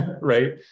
right